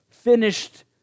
finished